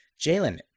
Jalen